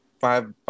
five